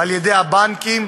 על-ידי הבנקים,